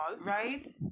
right